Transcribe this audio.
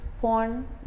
porn